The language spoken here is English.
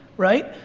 right,